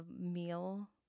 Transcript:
meal